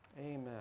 Amen